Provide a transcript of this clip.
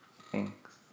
Thanks